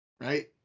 Right